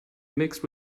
mixed